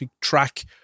track